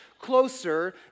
closer